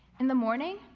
in the morning,